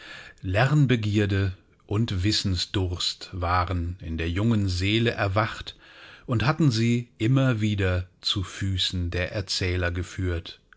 lernbegierde und wissensdurst waren in der jungen seele erwacht und hatten sie immer wieder zu füßen der erzähler geführt